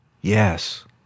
Yes